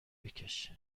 بکش